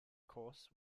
course